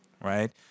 right